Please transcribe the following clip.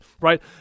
right